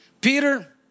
Peter